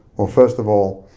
well, first of all,